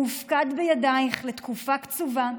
הוא הופקד בידייך לתקופה קצובה,